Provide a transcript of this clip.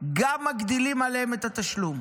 גם מגדילים עליהם את התשלום,